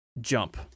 jump